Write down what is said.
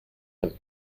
him